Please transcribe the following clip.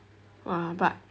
!wah! but